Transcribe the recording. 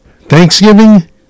Thanksgiving